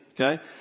okay